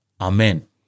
Amen